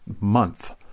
month